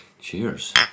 Cheers